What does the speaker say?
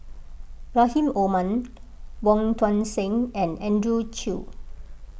Rahim Omar Wong Tuang Seng and Andrew Chew